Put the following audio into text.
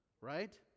right